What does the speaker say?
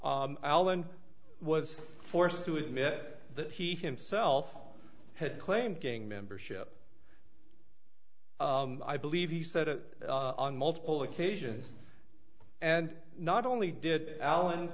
alan was forced to admit that he himself had claimed gang membership i believe he said that on multiple occasions and not only did alan